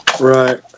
Right